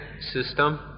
system